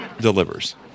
delivers